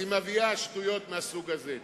אז היא מביאה שטויות מהסוג הזה.